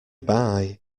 bye